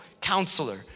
Counselor